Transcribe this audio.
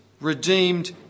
redeemed